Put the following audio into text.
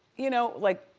you know like,